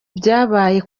byabaye